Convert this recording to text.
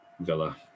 Villa